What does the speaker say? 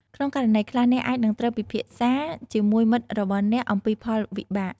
ក្នុងករណីខ្លះ អ្នកអាចនឹងត្រូវពិភាក្សាជាមួយមិត្តរបស់អ្នកអំពីផលវិបាក។